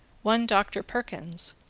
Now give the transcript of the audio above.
one doctor perkins,